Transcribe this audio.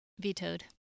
Vetoed